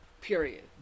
Period